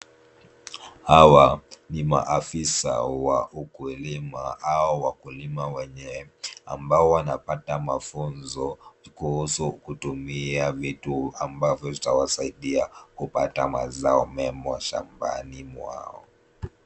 Hawa ni maafisa wa ukulima au wakulima wenyewe, ambao wanapata mafunzo kuhusu kutumia vitu ambavyo vitawasaidia kupata mazao mema shambani mwao.